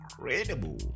incredible